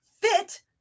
fit